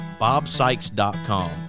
bobsykes.com